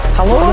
Hello